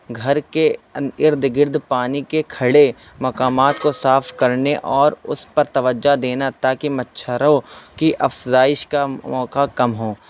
گھر کے ارد گرد پانی کے کھڑے مقامات کو صاف کرنے اور اس پر توجہ دینا تاکہ مچھروں کی افزائش کا موقع کم ہو